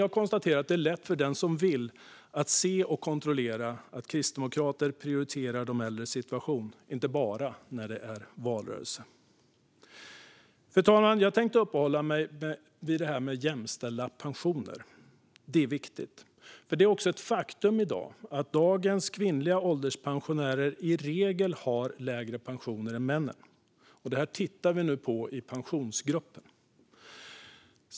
Jag konstaterar att det är lätt för den som vill att se och kontrollera att kristdemokrater prioriterar de äldres situation, inte bara när det är valrörelse. Fru talman! Jag tänkte uppehålla mig vid det här med jämställda pensioner. Det är viktigt. Det är ett faktum att dagens kvinnliga ålderspensionärer i regel har lägre pensioner än männen. Det tittar vi nu på i Pensionsgruppen.